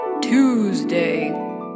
Tuesday